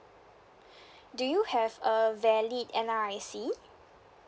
do you have a valid N_R_I_C